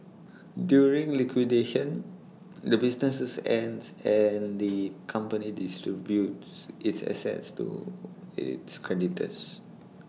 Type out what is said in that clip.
during liquidation the business ends and the company distributes its assets to its creditors